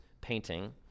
painting